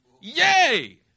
Yay